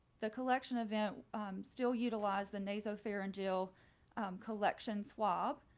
the collection event still utilize the nasal pharyngeal collections swab.